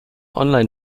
online